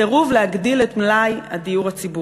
סירוב להגדיל את מלאי הדיור הציבורי.